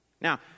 Now